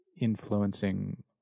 influencing